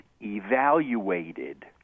evaluated